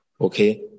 Okay